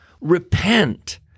Repent